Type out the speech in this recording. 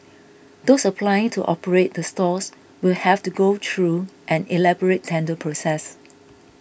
those applying to operate the stalls will have to go through an elaborate tender process